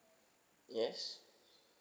yes